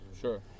Sure